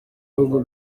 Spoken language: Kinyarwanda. bihugu